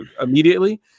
immediately